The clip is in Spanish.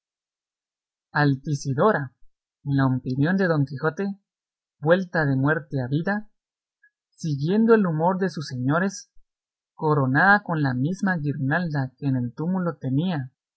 altisidora en la opinión de don quijote vuelta de muerte a vidasiguiendo el humor de sus señores coronada con la misma guirnalda que en el túmulo tenía